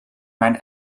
mijn